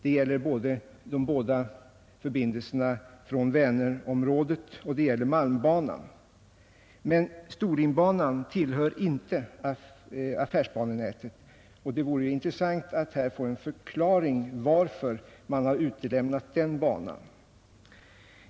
Det gäller de båda förbindelserna från Vänerområdet och det gäller malmbanan. Men Storlienbanan tillhör inte affärsbanenätet. Det vore intressant att få en förklaring till varför man har utelämnat den banan.